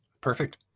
Perfect